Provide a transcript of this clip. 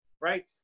right